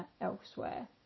elsewhere